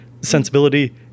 sensibility